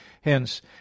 Hence